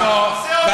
אנחנו נמצאים פה, תודה.